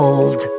Old